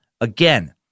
Again